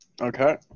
Okay